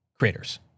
Creators